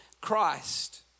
Christ